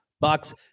bucks